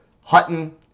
Hutton